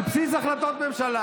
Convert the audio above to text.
על בסיס החלטות ממשלה.